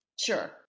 Sure